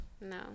No